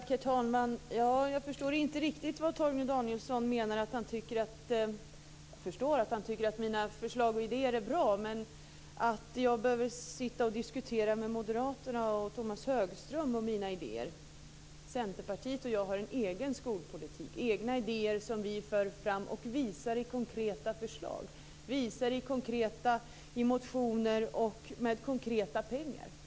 Herr talman! Jag förstår att Torgny Danielsson tycker att mina förslag och idéer är bra. Men jag förstår inte riktigt vad han menar när han tycker att jag inte skall behöva sitta och diskutera med Moderaterna och Tomas Högström om mina idéer. Centerpartiet och jag har en egen skolpolitik. Vi har egna idéer som vi för fram och visar i konkreta förslag och motioner. Vi har konkreta pengar för detta.